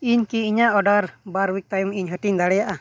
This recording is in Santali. ᱤᱧᱠᱤ ᱤᱧᱟᱹᱜ ᱚᱨᱰᱟᱨ ᱵᱟᱨ ᱩᱭᱤᱠ ᱛᱟᱭᱚᱢᱤᱧ ᱦᱟᱹᱴᱤᱧ ᱫᱟᱲᱮᱭᱟᱜᱼᱟ